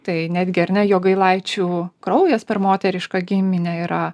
tai netgi ar ne jogailaičių kraujas per moterišką giminę yra